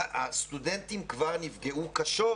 הסטודנטים כבר נפגעו קשות